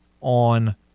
on